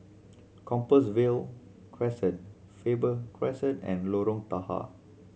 Compassvale Crescent Faber Crescent and Lorong Tahar